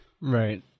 Right